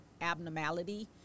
abnormality